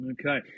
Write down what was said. Okay